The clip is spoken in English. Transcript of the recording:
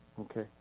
Okay